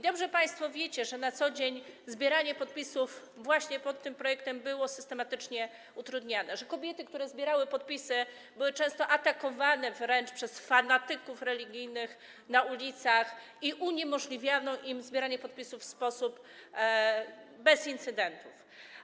Dobrze państwo wiecie, że na co dzień zbieranie podpisów właśnie pod tym projektem było systematycznie utrudniane, że kobiety, które zbierały podpisy, były często atakowane wręcz przez fanatyków religijnych na ulicach i uniemożliwiano im zbieranie podpisów w sposób... bez incydentów.